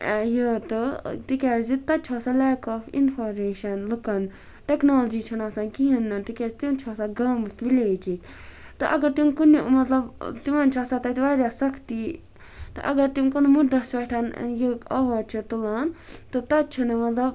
یہِ تہٕ تکیازِ تَتہِ چھُ آسان لیک آف اِنفارمیشَن لُکَن ٹیٚکنالجی چھنہٕ آسان کِہیٖنۍ تکیازِ تِم چھِ آسان گامٕکۍ وِلیجِکۍ تہٕ اگر تِم کُنہِ مَطلَب تِمَن چھِ آسان تَتہِ واریاہ سَختی تہٕ اگر تِم کُنہِ مُدَس پیٹھ یہِ آواز چھِ تُلان تہٕ تَتہِ چھُ نہٕ مَطلَب